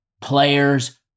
players